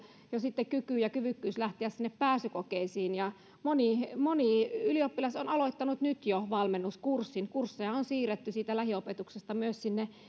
jo kyky ja kyvykkyys lähteä pääsykokeisiin moni moni ylioppilas on nyt jo aloittanut valmennuskurssin kursseja on siirretty lähiopetuksesta myös